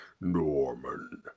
Norman